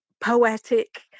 poetic